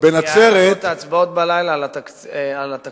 כי הפכו את ההצבעות בלילה על התקציב.